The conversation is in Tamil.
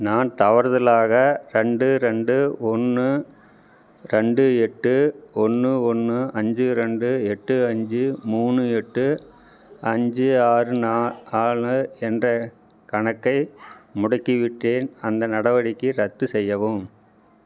நான் தவறுதலாக ரெண்டு ரெண்டு ஒன்று ரெண்டு எட்டு ஒன்று ஒன்று அஞ்சு ரெண்டு எட்டு அஞ்சு மூணு எட்டு அஞ்சு ஆறு நா நாலு என்ற கணக்கை முடக்கிவிட்டேன் அந்த நடவடிக்கையை ரத்து செய்யவும்